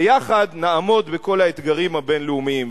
ויחד נעמוד בכל האתגרים הבין-לאומיים.